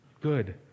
good